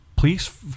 Please